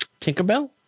tinkerbell